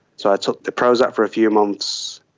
so i took the prozac for a few moments,